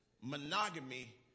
monogamy